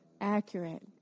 Accurate